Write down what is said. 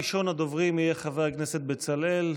ראשון הדוברים יהיה חבר הכנסת בצלאל,